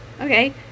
Okay